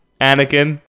anakin